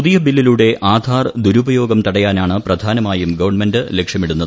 പുതിയ ബില്ലിലൂടെ ആധ്ാർ ദുരപയോഗം തടയാനാണ് പ്രധാനമായും ഗവൺമെന്റ് ലക്ഷ്യമിടുന്നത്